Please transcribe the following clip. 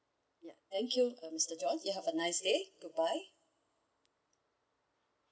ya thank you uh mister john you have a nice day goodbye